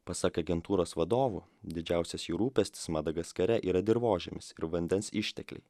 pasak agentūros vadovų didžiausias jų rūpestis madagaskare yra dirvožemis ir vandens ištekliai